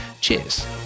Cheers